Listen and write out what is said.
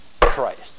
Christ